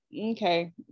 okay